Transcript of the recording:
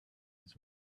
its